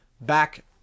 back